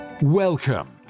Welcome